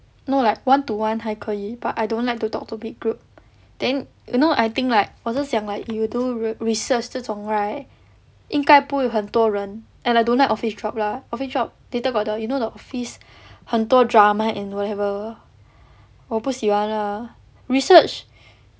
no like one to one 还可以 but I don't like to talk to big group then you know I think like 我是想 like you do research 这种 right 应该不会很多人 and I don't like office job lah office job later got the you know the office 很多 drama in wherever 我不喜欢 lah research